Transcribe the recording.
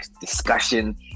discussion